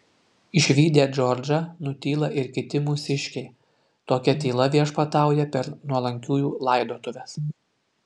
išvydę džordžą nutyla ir kiti mūsiškiai tokia tyla viešpatauja per nuolankiųjų laidotuves